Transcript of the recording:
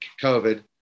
COVID